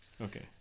Okay